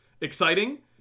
exciting